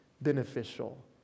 beneficial